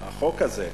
החוק הזה,